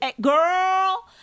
Girl